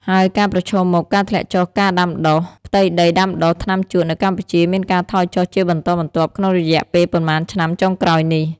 ហើយការប្រឈមមុខ ការធ្លាក់ចុះការដាំដុះ ផ្ទៃដីដាំដុះថ្នាំជក់នៅកម្ពុជាមានការថយចុះជាបន្តបន្ទាប់ក្នុងរយៈពេលប៉ុន្មានឆ្នាំចុងក្រោយនេះ។